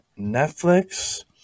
Netflix